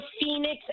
Phoenix